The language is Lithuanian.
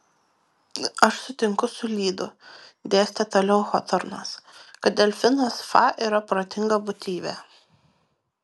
aš sutinku su lydu dėstė toliau hotornas kad delfinas fa yra protinga būtybė